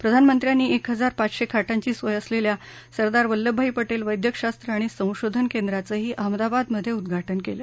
प्रधानमंत्र्यांनी एक हजार पाचशे खाटांची सोय असलेल्या सरदार वल्लभभाई पटेल वैद्यकशास्त्र आणि संशोधन केंद्राचं ही अहमदाबाद मधे उद्वाटन केलं